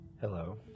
Hello